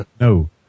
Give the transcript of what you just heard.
No